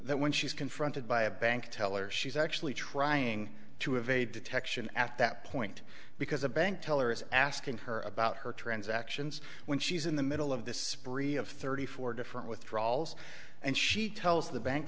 that when she's confronted by a bank teller she's actually trying to evade detection at that point because a bank teller is asking her about her transactions when she's in the middle of this spree of thirty four different withdrawals and she tells the bank